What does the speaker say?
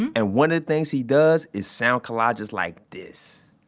and and one of the things he does is sound collages like this.